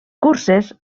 curses